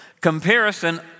comparison